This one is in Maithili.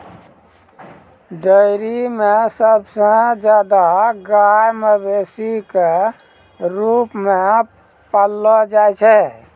डेयरी म सबसे जादा गाय मवेशी क रूप म पाललो जाय छै